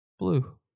blue